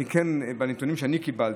הנתונים שאני קיבלתי,